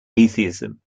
atheism